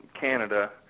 Canada